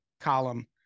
column